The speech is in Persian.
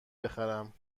بخرم